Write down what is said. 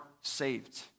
saved